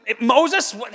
Moses